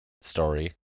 story